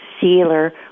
sealer